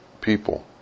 people